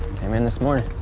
came in this morning.